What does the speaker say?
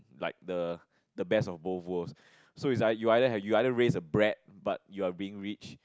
like the the best of both worlds so is like you either you either raise a brat but you are being rich